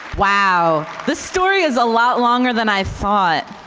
wow. the story is a lot longer than i thought.